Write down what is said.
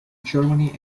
germany